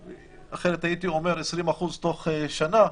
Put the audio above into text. אחרת, הייתי אומר: 20% תוך שנה.